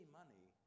money